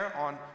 on